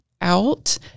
out